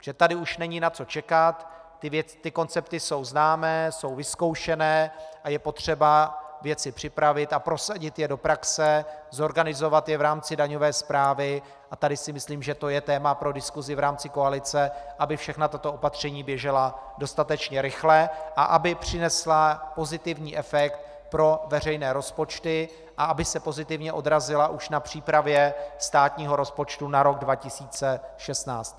Protože tady už není na co čekat, ty koncepty jsou známé, jsou vyzkoušené a je potřeba věci připravit a prosadit je do praxe, zorganizovat je v rámci daňové správy a tady si myslím, že to je téma pro diskusi v rámci koalice, aby všechna tato opatření běžela dostatečně rychle a aby přinesla pozitivní efekt pro veřejné rozpočty a aby se pozitivně odrazila už na přípravě státního rozpočtu na rok 2016.